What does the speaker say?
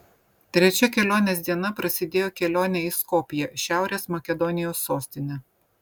trečia kelionės diena prasidėjo kelione į skopję šiaurės makedonijos sostinę